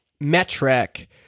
metric